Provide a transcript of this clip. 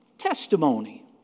testimony